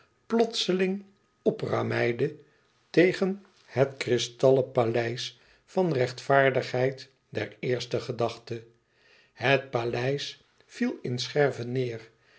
plotseling oprameide tegen het kristallen paleis van rechtvaardigheid der eerste gedachte het paleis viel in scherven neêr